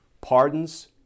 pardons